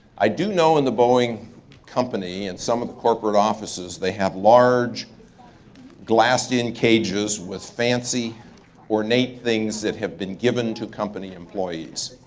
i do know in the boeing company, and some of corporate offices, they have large glassed-in cages with fancy ornate things that have been given to company employees.